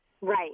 Right